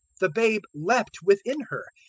the babe leapt within her.